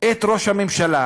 את ראש הממשלה